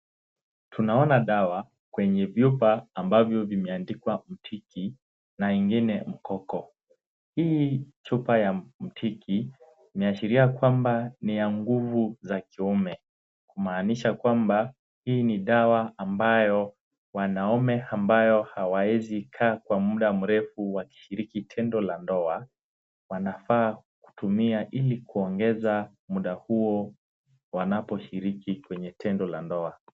Tunaona dawa kwenye vyupa ambavyo vimeandikwa mpiki na ingine mkoko. Hii chupa ya mpiki inaashiria kwamba ni ya nguvu za kiume. Kumaanisha kwamba, hii ni dawa ambayo wanaume ambao hawaezi kaa kwa muda mrefu wakishiriki tendo la ndoa, wanafaa kutumia ili kuongeza muda huo wanaposhiriki kwenye tendo la ndoa.